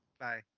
Bye